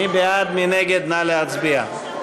נא להצביע.